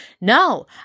no